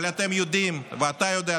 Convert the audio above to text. אבל אתם יודעים ואתה יודע,